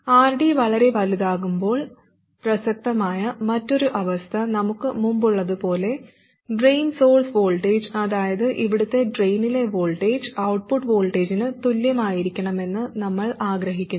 RD വളരെ വലുതാകുമ്പോൾ പ്രസക്തമായ മറ്റൊരു അവസ്ഥ നമുക്ക് മുമ്പുള്ളതുപോലെ ഡ്രെയിൻ സോഴ്സ് വോൾട്ടേജ് അതായത് ഇവിടത്തെ ഡ്രെയിനിലെ വോൾട്ടേജ് ഔട്ട്പുട്ട് വോൾട്ടേജിന് തുല്യമായിരിക്കണമെന്ന് നമ്മൾ ആഗ്രഹിക്കുന്നു